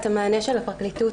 את המענה של הפרקליטות,